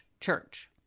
church